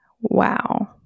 Wow